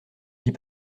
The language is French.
dit